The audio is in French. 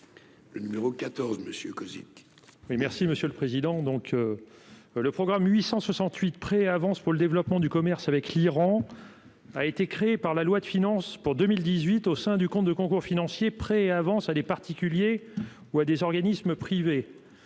le numéro 14 messieurs Cosic. Et merci Monsieur le Président, donc : le programme 868 pré-avance pour le développement du commerce avec l'Iran, a été créé par la loi de finances pour 2018 au sein du compte de concours financiers Prêts et avances à des particuliers ou à des organismes privés,